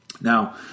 Now